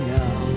now